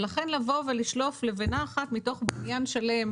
לכן לבוא ולשלוף לבנה אחת מתוך בניין שלם,